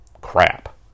crap